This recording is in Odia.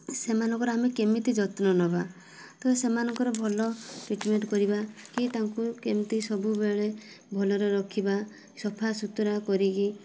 ସେମାନଙ୍କର ଆମେ କେମିତି ଯତ୍ନ ନେବା ତ ସେମାନଙ୍କର ଭଲ ଟ୍ରିଟମେଣ୍ଟ୍ କରିବା କି ତାଙ୍କୁ କେମିତି ସବୁବେଳେ ଭଲରେ ରଖିବା ସଫା ସୁତୁରା କରିକି